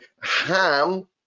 ham